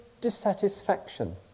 dissatisfaction